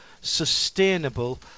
sustainable